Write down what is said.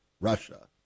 Russia